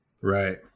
right